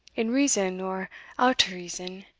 in reason or out o' reason,